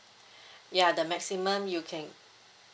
ya the maximum you can